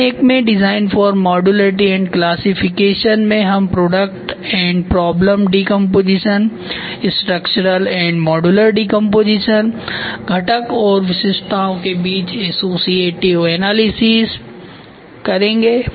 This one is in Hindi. चरण 1 में design for modularity and classification में हम product and problem decomposition structural and modular decomposition घटक और विशिष्टताओं के बीच असोसिएटिव एनालिसिस करेंगे